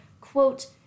quote